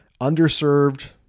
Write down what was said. underserved